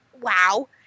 Wow